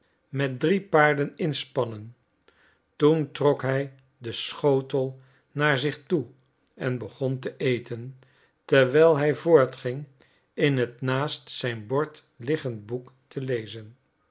met drie paarden inspannen toen trok hij den schotel naar zich toe en begon te eten terwijl hij voortging in het naast zijn bord liggend boek te lezen